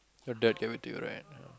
your Dad gave it to you right